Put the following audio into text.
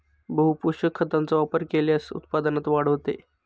बहुपोषक खतांचा वापर केल्यास उत्पादनात वाढ होते